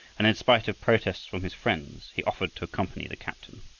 and in spite of protests from his friends he offered to accompany the captain.